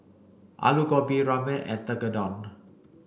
Alu Gobi Ramen and Tekkadon